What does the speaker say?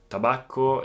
Tabacco